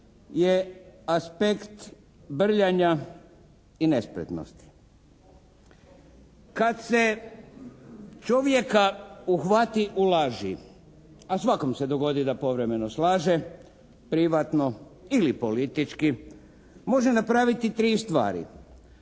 jer aspekt brljanja i nespretnosti. Kad se čovjeka uhvati u laži, a svakom se dogodi da povremeno slaže, privatno ili politički može napraviti 3 stvari.